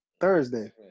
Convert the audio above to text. Thursday